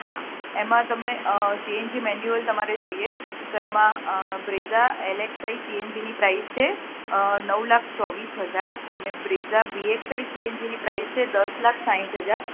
હાં એમાં તમે ચેન્જ જે મેન્યુઅલ તમારે જોઈએ તો એમાં Brezza L X I C N G ની પ્રાઇઝ છે નવ લાખ ચોવીસ હજાર અને Brezza V X I C N G ની પ્રાઇસ છે દસ લાખ સાહિથ હજાર